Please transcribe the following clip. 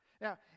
Now